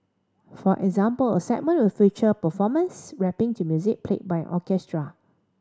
for example a segment will feature performers rapping to music played by an orchestra